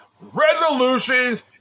resolutions